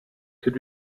qu’il